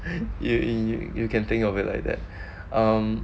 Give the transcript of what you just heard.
you you you can think of it like that um